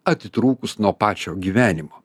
atitrūkus nuo pačio gyvenimo